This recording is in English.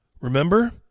Remember